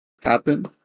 happen